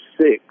six